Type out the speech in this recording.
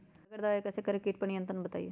बगैर दवा के कैसे करें कीट पर नियंत्रण बताइए?